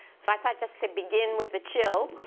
so i thought just to begin with a chill,